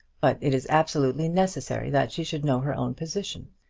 but it is absolutely necessary that she should know her own position.